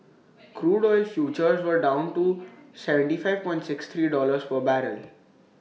crude oil futures were down to seventy five pound sixty three dollar per barrel